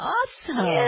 Awesome